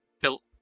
built